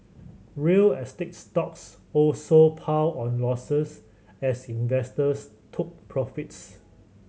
real estate stocks also piled on losses as investors took profits